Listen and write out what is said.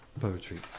poetry